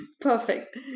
Perfect